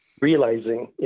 realizing